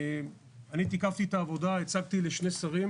אני תיקפתי את העבודה, הצגתי לשני שרים,